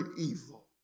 evil